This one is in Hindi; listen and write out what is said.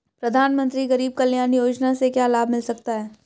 प्रधानमंत्री गरीब कल्याण योजना से क्या लाभ मिल सकता है?